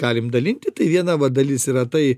galim dalinti tai viena va dalis yra tai